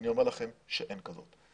אני אומר לכם שאין כזאת.